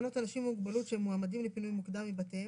לפנות אנשים עם מוגבלות שהם מועמדים לפינוי מוקדם מבתיהם